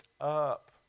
up